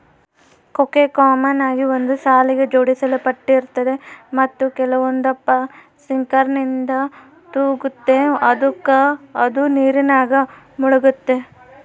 ಕೊಕ್ಕೆ ಕಾಮನ್ ಆಗಿ ಒಂದು ಸಾಲಿಗೆ ಜೋಡಿಸಲ್ಪಟ್ಟಿರ್ತತೆ ಮತ್ತೆ ಕೆಲವೊಂದಪ್ಪ ಸಿಂಕರ್ನಿಂದ ತೂಗ್ತತೆ ಅದುಕ ಅದು ನೀರಿನಾಗ ಮುಳುಗ್ತತೆ